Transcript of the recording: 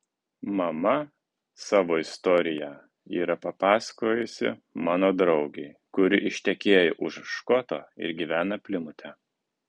mama savo istoriją yra papasakojusi mano draugei kuri ištekėjo už škoto ir gyvena plimute